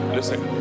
Listen